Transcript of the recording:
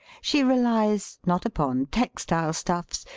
she relies, not upon textile stuffs,